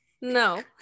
no